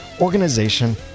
organization